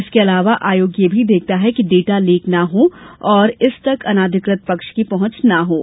इसके अलावा आयोग यह भी देखता है कि डेटा लीक न हो और इस तक अनधिकृत पक्ष की पहुंच न हो सके